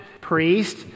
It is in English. priest